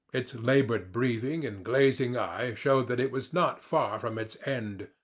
it's laboured breathing and glazing eye showed that it was not far from its end.